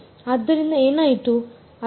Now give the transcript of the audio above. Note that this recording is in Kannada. ಆದ್ದರಿಂದ ಏನಾಯಿತು